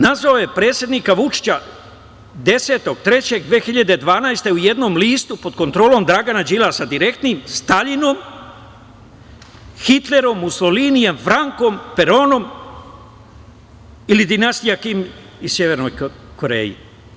Nazove predsednika Vučića 10.3.2012. godine u jednom listu pod kontrolom Dragana Đilasa, direktnim, Staljinom, Hitlerom, Musolinijem, Frankom, Peronom ili dinastija Kim u Severnoj Koreji.